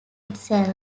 itself